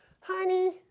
Honey